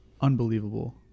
unbelievable